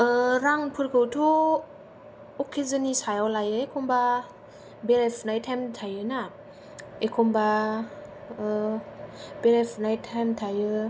रांफोरखौ थ' अक्केशननि सायाव लायो एखम्बा बेरायफुनाय टाइम थायो ना एखम्बा बेरायफुनाय टाइम थायो